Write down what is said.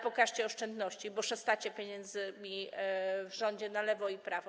Pokażcie oszczędności, bo szastacie pieniędzmi w rządzie na lewo i prawo.